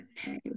okay